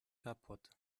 kapput